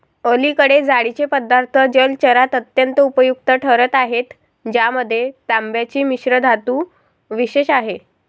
अलीकडे जाळीचे पदार्थ जलचरात अत्यंत उपयुक्त ठरत आहेत ज्यामध्ये तांब्याची मिश्रधातू विशेष आहे